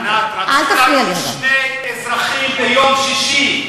ענת, רצחו לנו שני אזרחים ביום שישי.